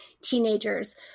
teenagers